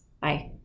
Bye